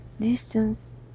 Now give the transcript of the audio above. Distance